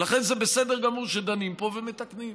ולכן, זה בסדר גמור שדנים פה ומתקנים.